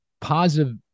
positive